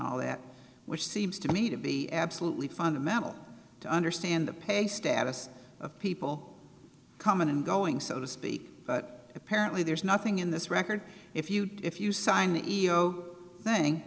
w that which seems to me to be absolutely fundamental to understand the pay status of people coming and going so to speak but apparently there's nothing in this record if you do if you sign the e o thing